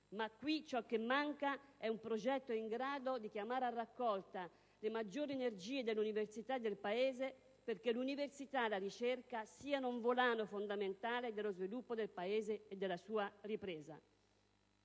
ma qui ciò che manca è un progetto in grado di chiamare a raccolta le maggiori energie dell'università e del Paese perché l'università e la ricerca siano un volano fondamentale dello sviluppo del Paese e della sua ripresa.